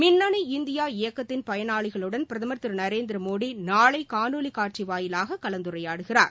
மின்னணு இந்தியா இயக்கத்தின் பயனாளிகளுடன் பிரதமர் திரு நரேந்திரமோடி நாளை காணொலி காட்சி வாயிலாக கலந்துரையாடுகிறார்